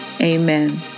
amen